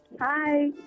Hi